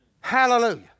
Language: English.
Hallelujah